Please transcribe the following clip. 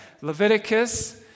Leviticus